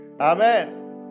Amen